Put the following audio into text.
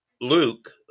Luke